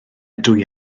dwy